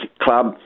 club